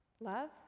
love